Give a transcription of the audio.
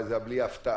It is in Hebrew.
זה בא בהפתעה.